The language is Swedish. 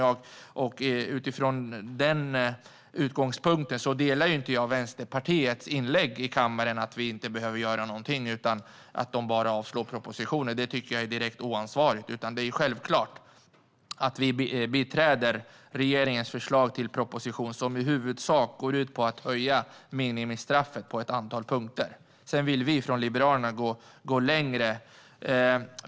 Med den utgångspunkten instämmer jag inte i Vänsterpartiets inlägg i kammaren att inte något behöver göras och att propositionen ska avslås. Det är direkt oansvarigt. Det är självklart att Liberalerna biträder regeringens förslag i propositionen, som i huvudsak går ut på att höja minimistraffet på ett antal punkter. Vi från Liberalerna vill gå längre.